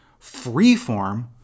Freeform